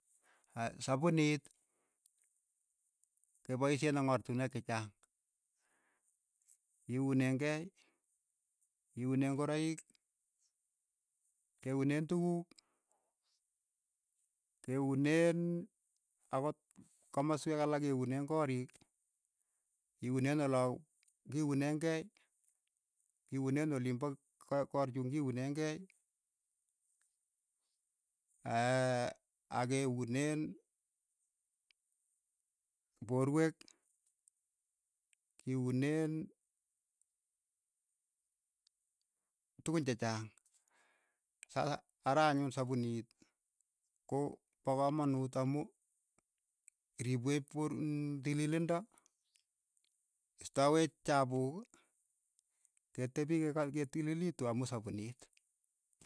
Aya sapuniit kepaisheen eng' oratinweek che chaang, iuneekei, iunee ngoroik, keuneen tuguk, keuneen akot kamosweek alak keunee koriik, iuneen olau, kiuneen kei, kiuneen ulin po ko- korichun kiuneen kei, ak keuneen porwek, kiuneen tukun che chaang, sasa ara anyun sapuniit ko pa ka manuut amu ripweech por nn tililildo, staweech chapuuk, ketepii ke ka kitililitu amu sapuniit.